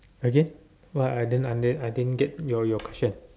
again what I didn't I didn't I didn't get your your question